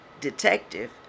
detective